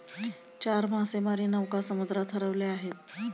चार मासेमारी नौका समुद्रात हरवल्या आहेत